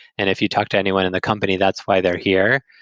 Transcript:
and if you talk to anyone in the company, that's why they're here.